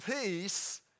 peace